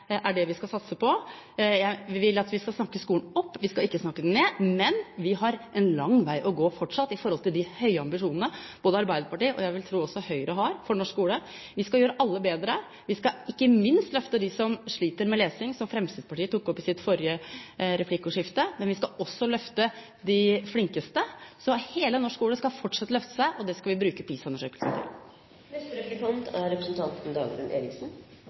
er det vi skal satse på. Jeg vil at vi skal snakke skolen opp, vi skal ikke snakke den ned. Men vi har en lang vei å gå fortsatt, med de høye ambisjonene som Arbeiderpartiet, og jeg vil tro også Høyre, har for norsk skole. Vi skal gjøre alle bedre. Vi skal ikke minst løfte dem som sliter med lesing, som Fremskrittspartiet tok opp i den forrige replikken, men vi skal også løfte de flinkeste. Hele norsk skole skal fortsatt løftes, og det skal vi bruke PISA-undersøkelsen til.